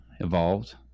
evolved